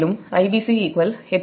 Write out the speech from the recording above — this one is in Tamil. மேலும் Ibc 8